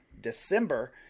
December